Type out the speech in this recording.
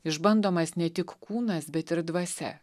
išbandomas ne tik kūnas bet ir dvasia